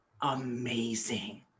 amazing